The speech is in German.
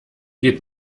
geht